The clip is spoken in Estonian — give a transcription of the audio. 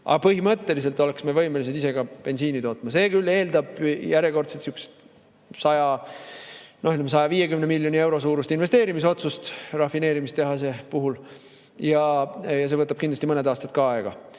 Aga põhimõtteliselt oleksime võimelised ise ka bensiini tootma. See küll eeldab järjekordselt sihukest 100–150 miljoni euro suurust investeerimisotsust rafineerimistehase puhul. Ja see võtab kindlasti mõned aastad ka aega,